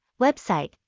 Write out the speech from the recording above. website